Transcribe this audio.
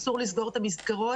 אסור לסגור את המסגרות.